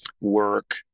work